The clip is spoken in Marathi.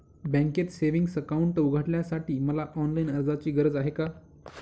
बँकेत सेविंग्स अकाउंट उघडण्यासाठी मला ऑनलाईन अर्जाची गरज आहे का?